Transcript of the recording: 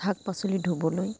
শাক পাচলি ধুবলৈ